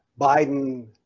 Biden